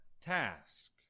task